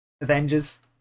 Avengers